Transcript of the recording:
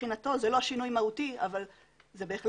מבחינתו זה לא שינוי מהותי אבל זה בהחלט